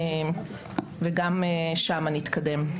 וגם שם נתקדם.